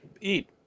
eat